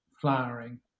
flowering